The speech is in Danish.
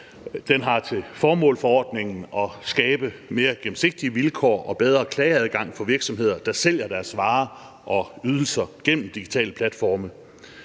har til formål at skabe mere gennemsigtige vilkår og bedre klageadgang for virksomheder, der sælger deres varer og ydelser gennem digitale platforme,